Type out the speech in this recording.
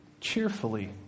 cheerfully